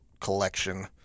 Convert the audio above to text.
collection